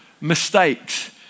mistakes